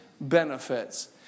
benefits